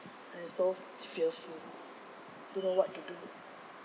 and so fearful don't know what to do